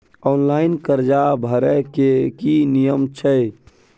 Online कर्जा भरै के की नियम छै?